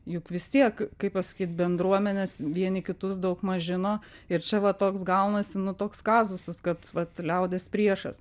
juk vis tiek kaip pasakyt bendruomenės vieni kitus daugmaž žino ir čia va toks gaunasi nu toks kazusas kad vat liaudies priešas